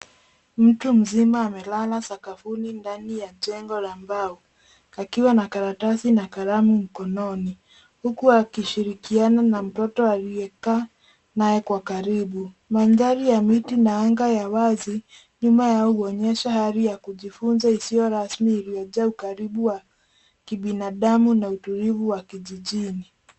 Mtu mzima amelala sakafuni ndani ya jengo la mba kakiwa na karatasi na kalamu mkononi huku akishirikiana na mtoto aliyekaa naye kwa karibu. Mandhari ya miti na anga ya wazi nyuma yao unaonyesha hali ya kujifunza usiorasmi uliojaa ukaribu wa kibinadamu na utulivu wa kijijini.